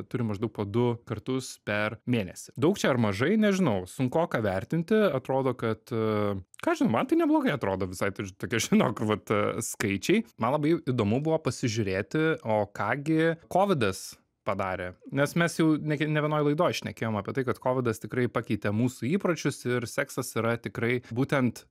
turi maždaug po du kartus per mėnesį daug čia ar mažai nežinau sunkoka vertinti atrodo kad ką žinau man tai neblogai atrodo visai taiž tokia žinok vat skaičiai man labai įdomu buvo pasižiūrėti o ką gi kovidas padarė nes mes jau neke ne vienoj laidoj šnekėjome apie tai kad kovidas tikrai pakeitė mūsų įpročius ir seksas yra tikrai būtent